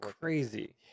crazy